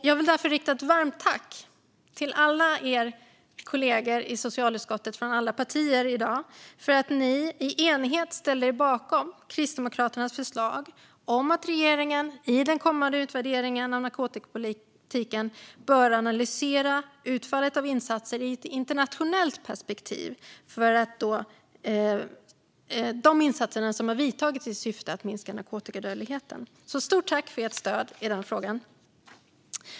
Jag vill därför i dag rikta ett varmt tack till alla er kollegor i socialutskottet från alla partier för att ni i enighet ställde er bakom Kristdemokraternas förslag om att regeringen i den kommande utvärderingen av narkotikapolitiken ska analysera utfallet av insatser som i ett internationellt perspektiv har vidtagits i syfte att minska narkotikadödligheten. Stort tack för ert stöd i den frågan!